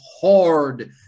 hard